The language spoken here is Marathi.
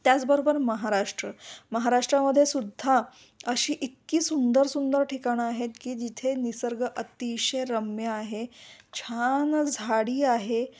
त्याचबरोबर महाराष्ट्र महाराष्ट्रामध्ये सुद्धा अशी इतकी सुंदर सुंदर ठिकाणं आहेत की जिथे निसर्ग अतिशय रम्य आहे छान झाडी आहे